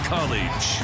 College